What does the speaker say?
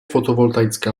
fotovoltaické